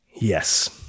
Yes